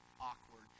awkward